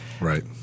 Right